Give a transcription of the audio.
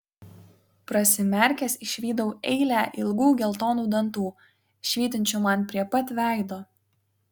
prasimerkęs išvydau eilę ilgų geltonų dantų švytinčių man prie pat veido